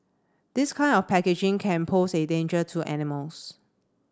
this kind of packaging can pose a danger to animals